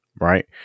Right